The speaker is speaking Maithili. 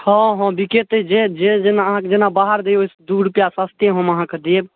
हँ हँ बिकेतै जे जे जेना अहाँकऽ जेना बाहर जेबै दू रुपआ सस्ते हम अहाँकऽ देब